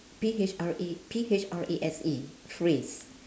P H R A P H R A S E phrase